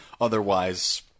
otherwise